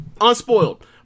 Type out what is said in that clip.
Unspoiled